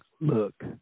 Look